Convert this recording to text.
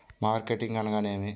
Marketing అనగానేమి?